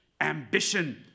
ambition